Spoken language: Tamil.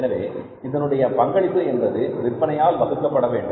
எனவே இதனுடைய பங்களிப்பு என்பது விற்பனையால் வகுக்கப்பட வேண்டும்